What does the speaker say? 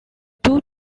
two